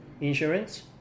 insurance